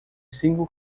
cinco